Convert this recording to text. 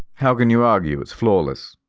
how can you argue? it's flawless.